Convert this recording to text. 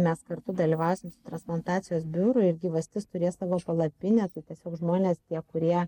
mes kartu dalyvausim su transplantacijos biuru ir gyvastis turės savo palapinę tiesiog žmonės tie kurie